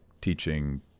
teaching